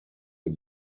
the